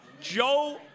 Joe